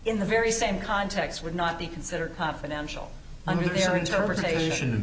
in the very same context would not be considered confidential i mean the interpretation